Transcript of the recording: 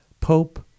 Pope